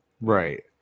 right